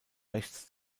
rechts